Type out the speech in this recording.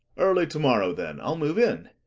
early to-morrow, then, i'll move in.